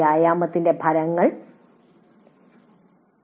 വ്യായാമത്തിന്റെ ഫലങ്ങൾ tale